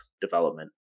development